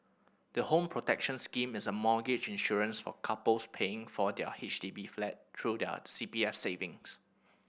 the Home Protection Scheme is a mortgage insurance for couples paying for their H D B flat through their C P F savings